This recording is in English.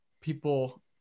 people